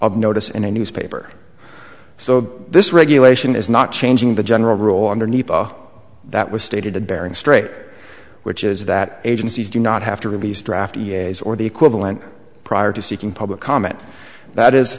of notice in a newspaper so this regulation is not changing the general rule underneath that was stated to bering strait which is that agencies do not have to release draft yes or the equivalent prior to seeking public comment that is